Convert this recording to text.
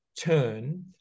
turn